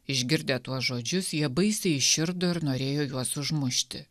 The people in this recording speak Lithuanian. išgirdę tuos žodžius jie baisiai įširdo ir norėjo juos užmušti